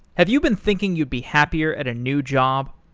have you been thinking you'd be happier at a new job?